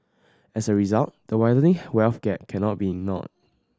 as a result the widening wealth gap cannot be ignored